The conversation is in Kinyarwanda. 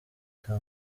kwa